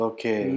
Okay